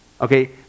Okay